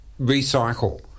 recycle